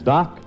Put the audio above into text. Doc